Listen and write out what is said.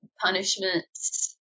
punishments